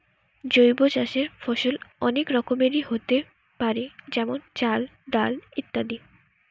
জৈব চাষের ফসল অনেক রকমেরই হোতে পারে যেমন চাল, ডাল ইত্যাদি